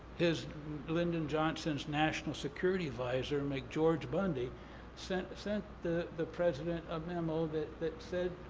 as lyndon johnson's national security advisor, mcgeorge bundy sent sent the the president a memo that that said,